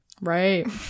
Right